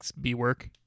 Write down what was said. B-work